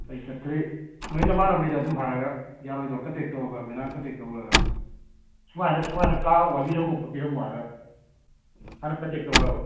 ꯑꯩ ꯆꯠꯇ꯭ꯔꯤ ꯅꯣꯏ ꯅꯃꯥꯟꯅꯕꯩꯗ ꯑꯗꯨꯝ ꯍꯥꯏꯔꯒ ꯌꯥꯔꯣꯏꯗ꯭ꯔꯣ ꯀꯟꯇꯦꯛꯇꯣ ꯇꯧꯔꯒ ꯑꯩꯈꯣꯏꯅ ꯀꯟꯇꯦꯛ ꯇꯧꯔꯒ ꯁꯨꯃꯥꯏꯅ ꯁꯨꯃꯥꯏꯅ ꯀꯥ ꯋꯥꯏꯕꯤꯔꯝꯃꯣ ꯈꯣꯠꯄꯤꯔꯝꯃꯣ ꯍꯥꯏꯔꯒ ꯍꯥꯟꯅ ꯀꯟꯇꯦꯛ ꯇꯧꯈ꯭ꯔꯕ